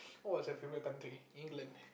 what was your favourite country England